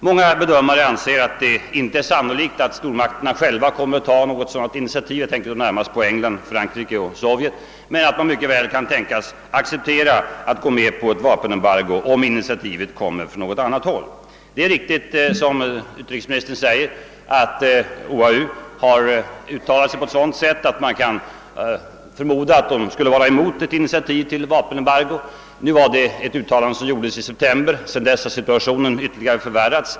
Många bedömare anser att det inte är sannolikt att stormakterna själva kommer att ta något sådant initiativ — jag tänker närmast på England, Frankrike och Sovjet — men att de mycket väl kan tänkas acceptera ett vapenembargo, om initiativet kommer från något annat håll. Det är riktigt att OAU — som utrikesministern nämner — har uttalat sig på ett sådant sätt att man kan förmoda att organisationen skulle vara mot ett initiativ till vapenembargo. Detta uttalande gjordes emellertid i september, och sedan dess har situationen ytterligare förvärrats.